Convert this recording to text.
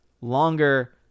longer